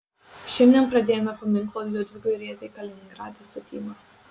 šiandien pradėjome paminklo liudvikui rėzai kaliningrade statybą